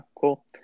cool